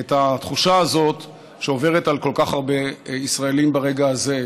את התחושה הזאת שעוברת על כל כך הרבה ישראלים ברגע הזה.